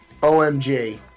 OMG